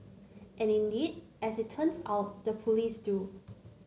and indeed as it turns out the police do